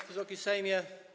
Wysoki Sejmie!